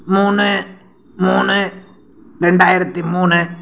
மூணு மூணு ரெண்டாயிரத்து மூணு